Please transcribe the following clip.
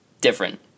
different